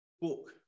book